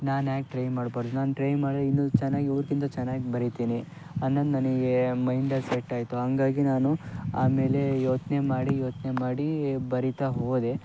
ನಾನು ಯಾಕೆ ಟ್ರೈ ಮಾಡಬಾರ್ದು ನಾನು ಟ್ರೈ ಮಾಡಿ ಇನ್ನೂ ಚೆನ್ನಾಗಿ ಇವ್ರಿಗಿಂತ ಚೆನ್ನಾಗಿ ಬರಿತೀನಿ ಅನ್ನೋದು ನನಗೆ ಮೈಂಡಲ್ಲಿ ಸೆಟ್ ಆಯಿತು ಹಾಗಾಗಿ ನಾನು ಆಮೇಲೆ ಯೋಚ್ನೆ ಮಾಡಿ ಯೋಚ್ನೆ ಮಾಡಿ ಬರಿತಾ ಹೋದೆ